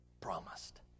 promised